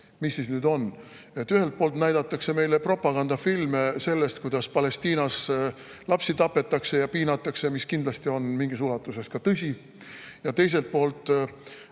see siis nüüd on. Ühelt poolt näidatakse meile propagandafilme sellest, kuidas Palestiinas lapsi tapetakse ja piinatakse, mis kindlasti on mingis ulatuses ka tõsi, ja teiselt poolt